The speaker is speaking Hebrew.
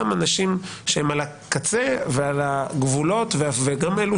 גם אנשים שהם על הקצה והם על הגבולות וגם אלו